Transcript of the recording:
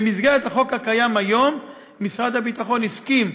במסגרת החוק הקיים היום משרד הביטחון הסכים,